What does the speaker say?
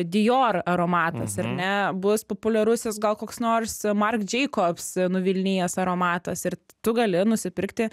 dior aromatas ar ne bus populiarusis gal koks nors marc jacobs nuvilnijęs aromatas ir tu gali nusipirkti